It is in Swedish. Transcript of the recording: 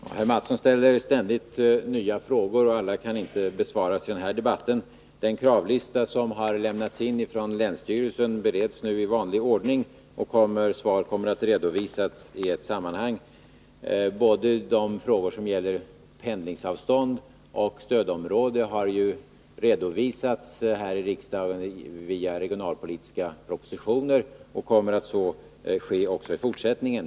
Herr talman! Herr Mathsson ställer ständigt nya frågor, och alla kan inte besvaras i den här debatten. Den kravlista som lämnats in från länsstyrelsen bereds nu i vanlig ordning, och svar kommer att redovisas i ett sammanhang. Både de frågor som gäller pendlingsavstånd och stödområde har tagits upp här i riksdagen via regionalpolitiska propositioner, och så kommer att ske även i fortsättningen.